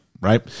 Right